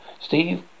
Steve